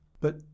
But